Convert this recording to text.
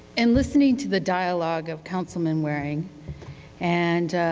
and listening to the dialogue of councilman waring and